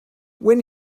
when